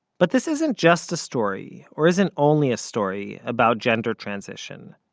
but this isn't just a story, or isn't only a story, about gender transition.